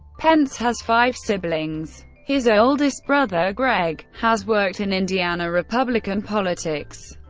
pence has five siblings. his oldest brother, greg, has worked in indiana republican politics.